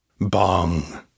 Bong